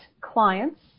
Clients